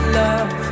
love